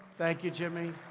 thank you, jimmy.